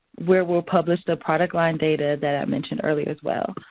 where we'll publish the product line data that i mentioned earlier as well.